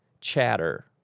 chatter